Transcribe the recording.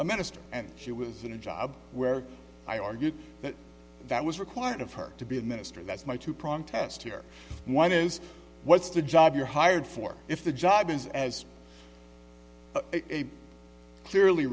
a minister and she was in a job where i argued that that was required of her to be a minister that's my two prong test here one is what's the job you're hired for if the job is as